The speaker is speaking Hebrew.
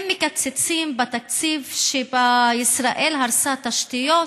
אם מקצצים בתקציב כשישראל הרסה תשתיות,